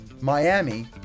Miami